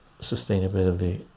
sustainability